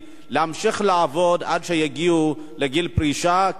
להמשיך לעבוד עד שיגיעו לגיל פרישה,